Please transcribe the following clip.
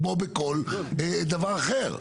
כמו בכל דבר אחר.